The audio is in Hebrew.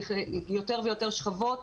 יותר ויותר שכבות